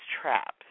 traps